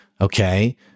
Okay